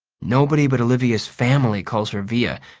nobody but olivia's family calls her via,